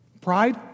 pride